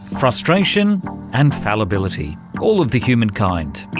frustration and fallibility all of the human kind.